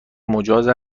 مجاز